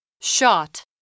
Shot